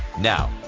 Now